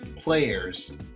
players